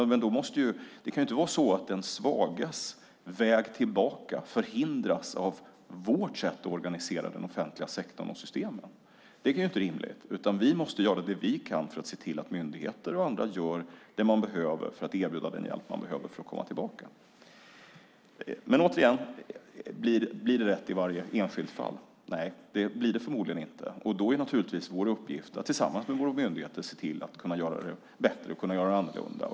Men den svages väg tillbaka får inte hindras av vårt sätt att organisera den offentliga sektorn och systemen. Det är inte rimligt. Vi måste göra det vi kan för att se till att myndigheter och andra gör det de behöver för att erbjuda den hjälp man behöver för att komma tillbaka. Återigen: Det blir förmodligen inte rätt i varje enskilt fall. Då är naturligtvis vår uppgift att tillsammans med våra myndigheter se till att göra det bättre och annorlunda.